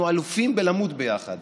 אנחנו אלופים בלמות ביחד,